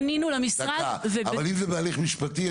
אם זה בהליך משפטי,